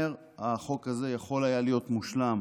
החוק הזה יכול היה להיות מושלם